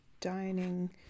dining